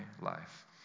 life